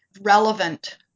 relevant